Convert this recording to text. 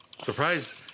Surprise